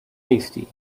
hasty